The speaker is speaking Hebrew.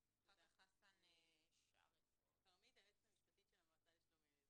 היועצת המשפטית של המועצה לשלום הילד.